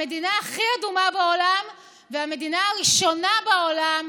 המדינה הכי אדומה בעולם והמדינה הראשונה בעולם,